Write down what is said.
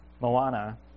Moana